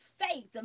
faith